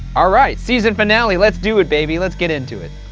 ah right, season finale, let's do it baby, let's get into it.